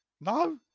No